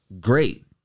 great